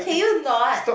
can you not